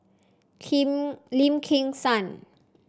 Kim Lim Kim San